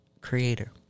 Creator